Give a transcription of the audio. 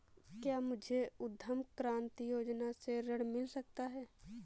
क्या मुझे उद्यम क्रांति योजना से ऋण मिल सकता है?